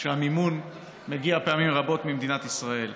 שהמימון מגיע פעמים רבות ממדינת ישראל.